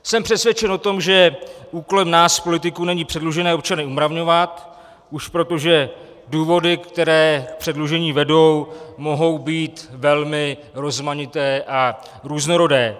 Jsem přesvědčen o tom, že úkolem nás politiků není předlužené občany umravňovat už proto, že důvody, které k předlužení vedou, mohou být velmi rozmanité a různorodé.